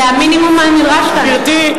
אדוני היושב-ראש,